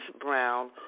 Brown